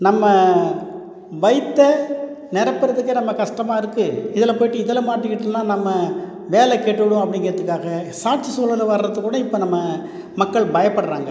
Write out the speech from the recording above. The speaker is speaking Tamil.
நம்ம வயித்தை நிரப்புகிறதுக்கே நம்ம கஷ்டமா இருக்குது இதில் போயிட்டு இதில் மாட்டிகிட்டோன்னா நம்ம வேலை கெட்டுடும் அப்படிங்கிறதுக்காக சாட்சி சொல்கிற வரதுக்குகூட இப்போ நம்ம மக்கள் பயப்படுகிறாங்க